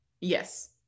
yes